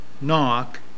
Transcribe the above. knock